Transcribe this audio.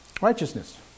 Righteousness